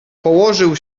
położył